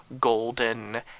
golden